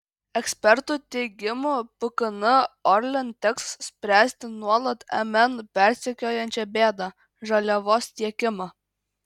ekspertų teigimu pkn orlen teks spręsti nuolat mn persekiojančią bėdą žaliavos tiekimą